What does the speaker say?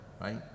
right